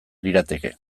lirateke